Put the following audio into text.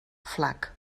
flac